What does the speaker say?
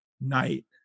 night